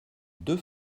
deux